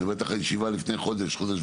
אני מדבר איתך על הישיבה שהייתה לפני חודש וחצי,